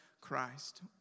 Christ